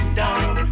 down